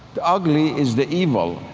the ugly is the evil.